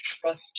trust